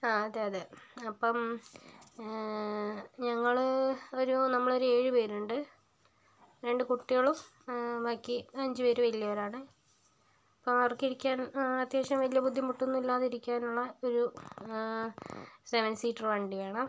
ആ അതെ അതെ അപ്പം ഞങ്ങള് ഒരു നമ്മളൊരു ഏഴ് പേരുണ്ട് രണ്ട് കുട്ടികളും ബാക്കി അഞ്ച് പേര് വലിയവരാണ് അപ്പം അവർക്കിരിക്കാൻ അത്യാവശ്യം വലിയ ബുദ്ധിമുട്ടൊന്നും ഇല്ലാതെ ഇരിക്കാനുള്ള ഒരു സെവെൻ സീറ്റർ വണ്ടി വേണം